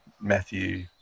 Matthew